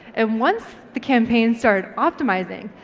and once the campaign started optimising,